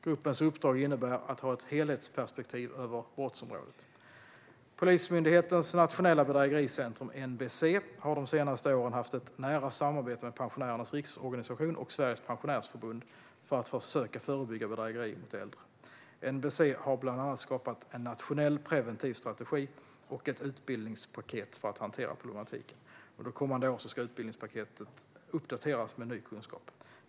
Gruppens uppdrag innebär att ha ett helhetsperspektiv över brottsområdet. Polismyndighetens nationella bedrägericentrum, NBC, har de senaste åren haft ett nära samarbete med Pensionärernas Riksorganisation och Sveriges Pensionärsförbund för att försöka förebygga bedrägerier mot äldre. NBC har bland annat skapat en nationell preventiv strategi och ett utbildningspaket för att hantera problematiken. Under kommande år ska utbildningspaketet uppdateras med ny kunskap.